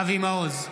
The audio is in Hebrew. אבי מעוז,